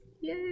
Yay